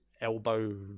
elbow